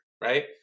Right